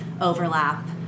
overlap